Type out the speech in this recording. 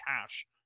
cash